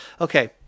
okay